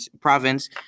Province